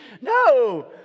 No